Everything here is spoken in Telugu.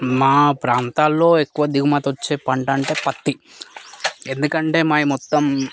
మా ప్రాంతాల్లో ఎక్కువ దిగుమతి వచ్చే పంట అంటే పత్తి ఎందుకంటే మావి మొత్తం